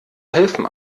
helfen